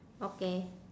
okay